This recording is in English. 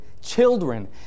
children